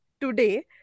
today